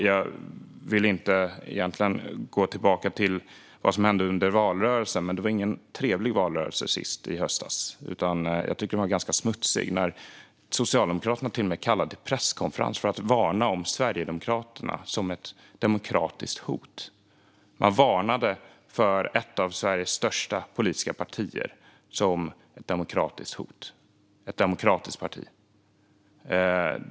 Jag vill egentligen inte gå tillbaka till vad som hände under valrörelsen, men det var ingen trevlig valrörelse i höstas. Jag tycker att den var ganska smutsig. Socialdemokraterna kallade till och med till presskonferens för att varna för Sverigedemokraterna som ett hot mot demokratin. De varnade för att ett av Sveriges största politiska partier - ett demokratiskt parti - skulle vara ett hot mot demokratin.